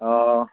অঁ অঁ